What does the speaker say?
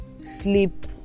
sleep